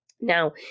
now